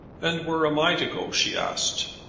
and where am i to go? she asked.